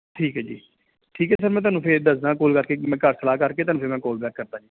ਠੀਕ ਹੈ ਜੀ ਠੀਕ ਹੈ ਸਰ ਮੈਂ ਤੁਹਾਨੂੰ ਫਿਰ ਦੱਸਦਾ ਕੋਲ ਕਰਕੇ ਮੈਂ ਘਰ ਸਲਾਹ ਕਰਕੇ ਤੁਹਾਨੂੰ ਫਿਰ ਮੈਂ ਕੋਲ ਬੈਕ ਕਰਦਾ ਜੀ